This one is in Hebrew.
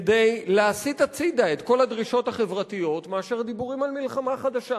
כדי להסיט הצדה את כל הדרישות החברתיות מאשר דיבורים על מלחמה חדשה?